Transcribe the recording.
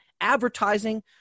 advertising